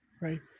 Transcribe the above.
right